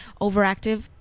overactive